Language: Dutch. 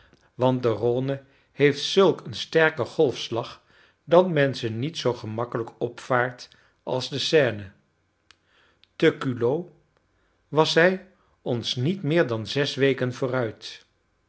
want de rhône heeft zulk een sterken golfslag dat men ze niet zoo gemakkelijk opvaart als de seine te culoz was zij ons niet meer dan zes weken vooruit